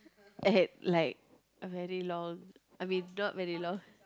at like a very long I mean not very long